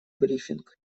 брифинг